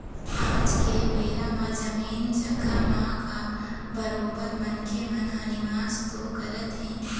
आज के बेरा म जमीन जघा म बरोबर मनखे मन ह निवेश तो करत हें